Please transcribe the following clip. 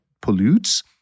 pollutes